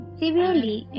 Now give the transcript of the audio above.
severely